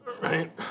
right